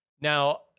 Now